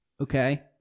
Okay